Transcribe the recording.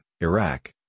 Iraq